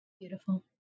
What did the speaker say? Beautiful